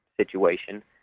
situation